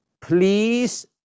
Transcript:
please